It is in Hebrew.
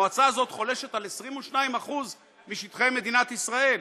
המועצה הזאת חולשת על 22% משטחי מדינת ישראל,